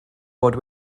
fod